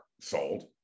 sold